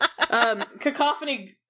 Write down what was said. Cacophony